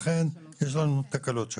לכן יש לנו תקלות שם.